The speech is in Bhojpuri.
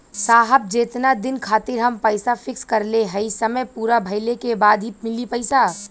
साहब जेतना दिन खातिर हम पैसा फिक्स करले हई समय पूरा भइले के बाद ही मिली पैसा?